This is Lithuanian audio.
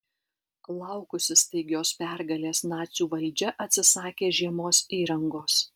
laukusi staigios pergalės nacių valdžia atsisakė žiemos įrangos